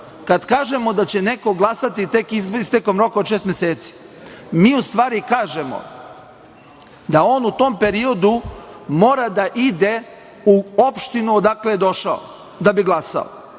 kažemo da će neko glasati tek istekom roka od šest meseci, mi u stvari kažemo da on u tom periodu mora da ide u opštinu odakle je došao da bi glasao